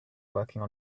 working